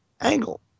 Angle